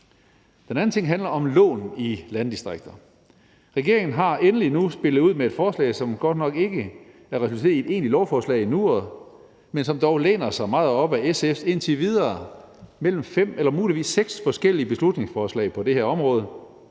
Den anden ting handler om lån i landdistrikterne. Regeringen har endelig nu spillet ud med et forslag, som godt nok endnu ikke har resulteret i et egentligt lovforslag, men som dog læner sig meget op ad SF's indtil videre fem eller muligvis seks forskellige beslutningsforslag på det her område,